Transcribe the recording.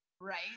Right